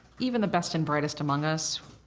even the best and brightest among us,